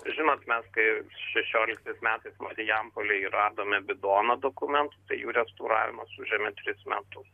žinot mes kai šešioliktais metais marijampolėj radome bidoną dokumentų tai jų restauravimas užėmė tris metus